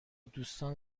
دوستان